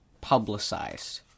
publicized